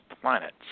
planets